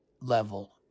level